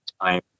time